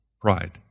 pride